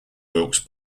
wilkes